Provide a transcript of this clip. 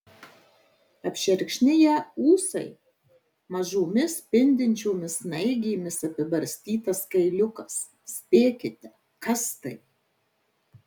apšerkšniję ūsai mažomis spindinčiomis snaigėmis apibarstytas kailiukas spėkite kas tai